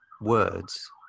words